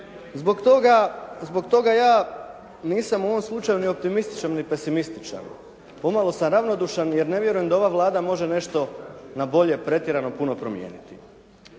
zbog toga ja nisam u ovom slučaju ni optimističan ni pesimističan. Pomalo sam ravnodušan jer ne vjerujem da ova Vlada može nešto na bolje pretjerano puno promijeniti.